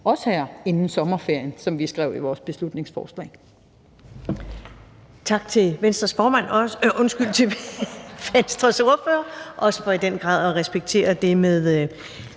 også her inden sommerferien, som vi skrev i vores beslutningsforslag. Kl. 15:33 Første næstformand (Karen Ellemann): Tak til Venstres ordfører, også for i den grad at respektere det med